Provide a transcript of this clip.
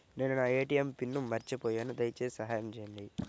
నేను నా ATM pin మర్చిపోయాను దయచేసి సహాయం చేయండి